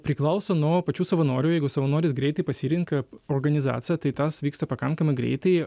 priklauso nuo pačių savanorių jeigu savanoris greitai pasirenka organizaciją tai tas vyksta pakankamai greitai